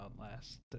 last